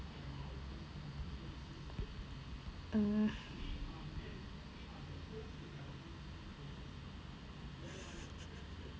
mm